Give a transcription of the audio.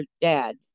dad